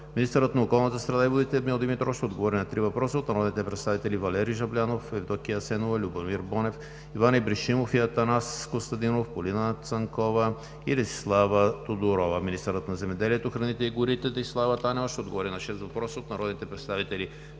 Министърът на околната среда и водите Емил Димитров ще отговори на три въпроса от народните представители